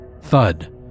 thud